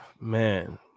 man